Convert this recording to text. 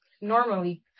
normally